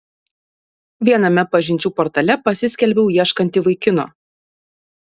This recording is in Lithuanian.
viename pažinčių portale pasiskelbiau ieškanti vaikino